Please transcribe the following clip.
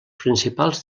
principals